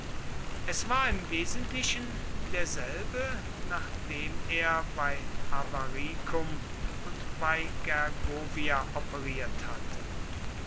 es war im wesentlichen derselbe nach dem er bei avaricum und bei gergovia operiert hatte